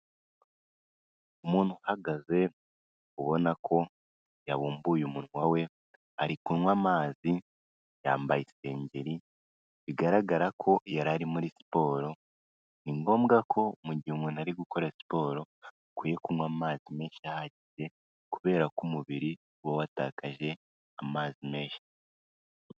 Umuntu uhagaze, ubona ko yabumbuye umunwa we, ari kunywa amazi yambaye isengeri, bigaragara ko yari ari muri siporo, ni ngombwa ko mu gihe umuntu ari gukora siporo, akwiye kunywa amazi menshi ahagije, kubera ko umubiri uba watakaje amazi menshi.